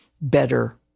better